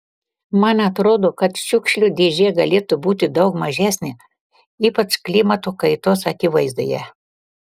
man atrodo kad šiukšlių dėžė galėtų būti daug mažesnė ypač klimato kaitos akivaizdoje